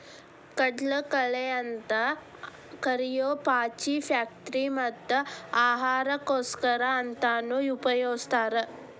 ಕಡಲಕಳೆ ಅಂತ ಕರಿಯೋ ಪಾಚಿ ಫ್ಯಾಕ್ಟರಿ ಮತ್ತ ಆಹಾರಕ್ಕೋಸ್ಕರ ಅಂತಾನೂ ಉಪಯೊಗಸ್ತಾರ